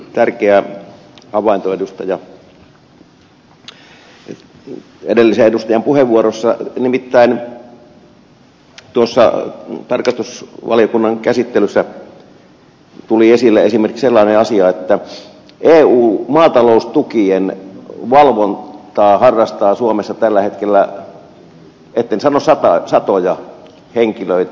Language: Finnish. tärkeä havainto edellisen edustajan puheenvuorossa nimittäin tuossa tarkastusvaliokunnan käsittelyssä tuli esille esimerkiksi sellainen asia että eun maataloustukien valvontaa harrastaa suomessa tällä hetkellä etten sanoisi satoja henkilöitä